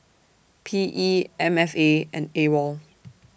P E M F A and A WOL